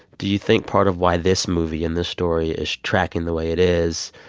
do you think part of why this movie and this story is tracking the way it is